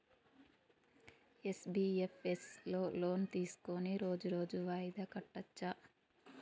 NBFS లో loan తీస్కొని రోజు రోజు వాయిదా కట్టచ్ఛా?